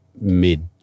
mid